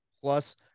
plus